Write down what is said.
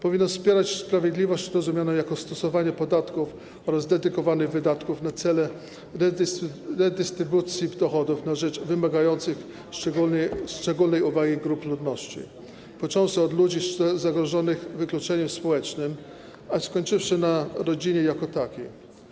Powinno wspierać sprawiedliwość rozumianą jako stosowanie podatków oraz dedykowanych wydatków na cele redystrybucji dochodów na rzecz wymagających szczególnej uwagi grup ludności, począwszy od ludzi zagrożonych wykluczeniem społecznym, a skończywszy na rodzinie jako takiej.